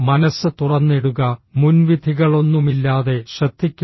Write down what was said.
മനസ്സ് തുറന്നിടുക മുൻവിധികളൊന്നുമില്ലാതെ ശ്രദ്ധിക്കുക